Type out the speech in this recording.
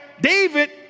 David